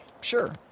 Sure